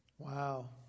wow